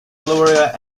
gloria